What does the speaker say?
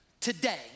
today